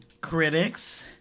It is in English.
Critics